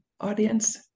audience